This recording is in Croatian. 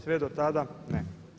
Sve do tada ne.